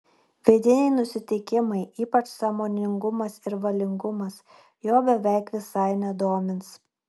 vidiniai nusiteikimai ypač sąmoningumas ir valingumas jo beveik visai nedomins